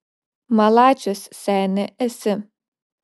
malačius seni esi